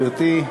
גברתי.